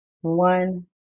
one